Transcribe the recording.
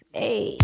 hey